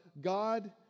God